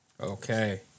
Okay